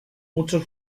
muchos